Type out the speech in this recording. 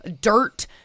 dirt